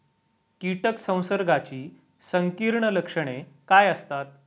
कीटक संसर्गाची संकीर्ण लक्षणे काय असतात?